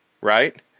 right